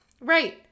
right